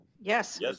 Yes